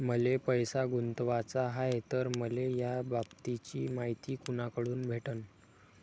मले पैसा गुंतवाचा हाय तर मले याबाबतीची मायती कुनाकडून भेटन?